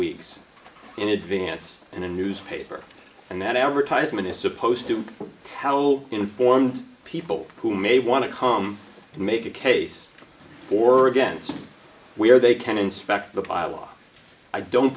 weeks in advance and a newspaper and that advertisement is supposed to how well informed people who may want to come and make a case for or against where they can inspect the pileup i don't